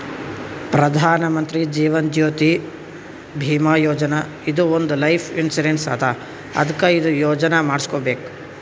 ಪ್ರಧಾನ್ ಮಂತ್ರಿ ಜೀವನ್ ಜ್ಯೋತಿ ಭೀಮಾ ಯೋಜನಾ ಇದು ಒಂದ್ life insurance ಅದಾ ಅದ್ಕ ಇದು ಯೋಜನಾ ಮಾಡುಸ್ಕೊಬೇಕ್